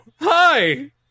hi